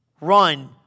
run